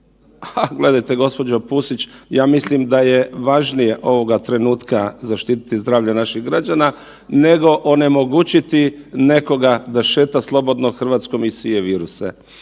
gledajte, gđo. Pusić, ja mislim da je važnije ovoga trenutka zaštiti zdravlje naših građana, nego onemogućiti nekoga da šeta slobodno Hrvatskom i sije viruse.